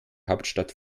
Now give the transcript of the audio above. hauptstadt